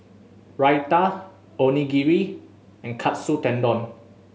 Raita Onigiri and Katsu Tendon